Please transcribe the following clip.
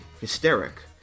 hysteric